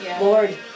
Lord